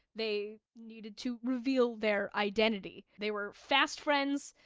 they needed to reveal their identity. they were fast friends.